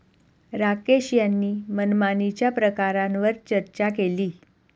राकेश यांनी मनमानीच्या प्रकारांवर चर्चा केली